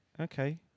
Okay